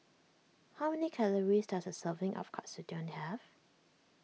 how many calories does a serving of Katsudon have